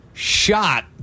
Shot